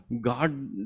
God